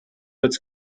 its